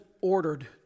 ordered